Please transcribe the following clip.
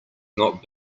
not